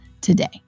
today